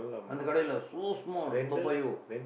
அந்த கடையிலே:andtha kadaiyilee so small Toa-Payoh